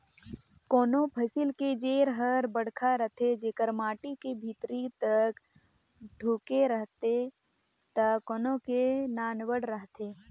कोनों फसिल के जेर हर बड़खा रथे जेकर माटी के भीतरी तक ढूँके रहथे त कोनो के नानबड़ रहथे